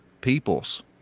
peoples